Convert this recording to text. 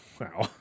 Wow